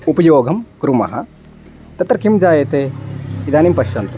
उपयोगं कुर्मः तत्र किं जायते इदानीं पश्यन्तु